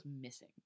missing